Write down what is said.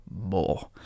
more